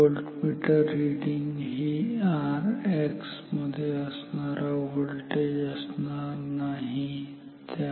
voltmeter reading ही Rx मध्ये असणारा व्होल्टेज असणार नाही ठीक आहे